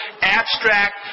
abstract